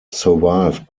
survived